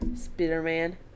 Spider-Man